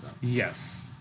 Yes